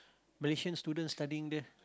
Malaysian students studying there